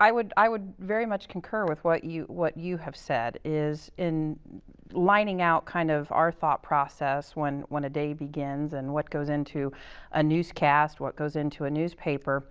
i would i would very much concur with what you what you have said, is in lining out our kind of thought process when when a day begins, and what goes into a news cast, what goes into a newspaper,